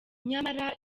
yamara